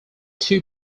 two